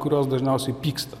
kurios dažniausiai pyksta